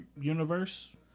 universe